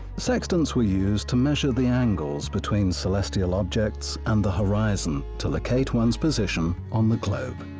sextants were used to measure the angles between celestial objects and the horizon to locate ones position on the globe.